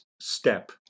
step